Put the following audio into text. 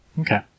Okay